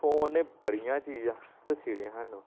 phone ने बड़ियां चीजां दस्सी ओड़ियां सानूं